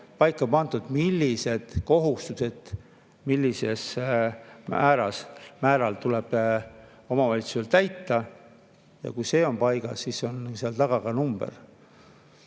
paika pandud, millised kohustused ja millisel määral tuleb omavalitsustel täita. Kui see on paigas, siis [tuleb] sinna taha ka number.